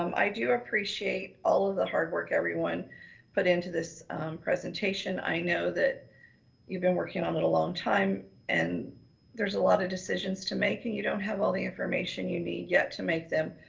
um i do appreciate all of the hard work everyone put into this presentation. i know that you've been working on it a long time and there's a lot of decisions to make and you don't have all the information you need yet to make them.